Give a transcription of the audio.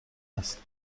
است